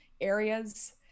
areas